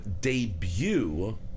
debut